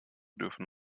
dürfen